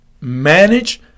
Manage